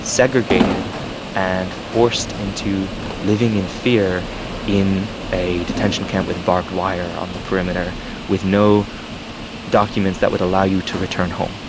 segregated and forced into living in fear in a detention camp with barbed wire on the perimeter with no documents that would allow you to return home